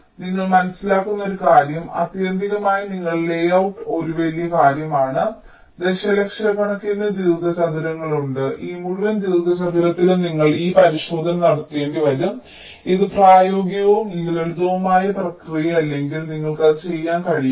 നിങ്ങൾ മനസ്സിലാക്കുന്ന ഒരു കാര്യം ആത്യന്തികമായി നിങ്ങളുടെ ലേഔട്ട് ഒരു വലിയ കാര്യമാണ് ദശലക്ഷക്കണക്കിന് ദീർഘചതുരങ്ങളുണ്ട് ഈ മുഴുവൻ ദീർഘചതുരത്തിലും നിങ്ങൾ ഈ പരിശോധന നടത്തേണ്ടിവരും ഇത് പ്രായോഗികവും ലളിതവുമായ പ്രക്രിയയല്ലെങ്കിൽ നിങ്ങൾക്ക് അത് ചെയ്യാൻ കഴിയില്ല